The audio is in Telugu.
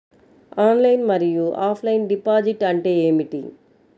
ఆన్లైన్ మరియు ఆఫ్లైన్ డిపాజిట్ అంటే ఏమిటి?